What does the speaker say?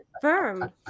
firm